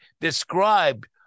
described